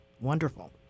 Wonderful